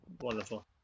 Wonderful